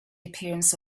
appearance